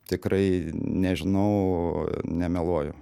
tikrai nežinau nemeluoju